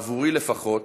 בעבורי, לפחות,